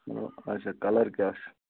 آ اچھا کَلر کیٛاہ چھُ